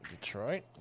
Detroit